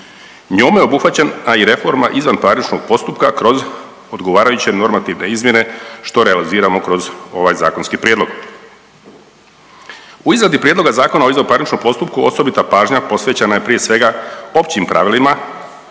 njome obuhvaćen, a i reforma izvanparničnog postupka kroz odgovarajuće normativne izmjene što realiziramo kroz ovaj zakonski prijedlog. U izradi prijedloga Zakona o izvanparničnom postupku osobita pažnja posvećena je prije svega, općim pravilima